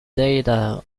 data